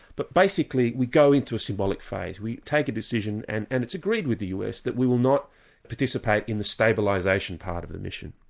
but basically we go into a symbolic phase. we take a decision and and it's agreed with the us, that we will not participate in the stabilisation part of the mission,